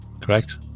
Correct